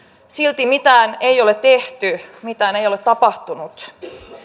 silti mitään ei ole tehty mitään ei ole tapahtunut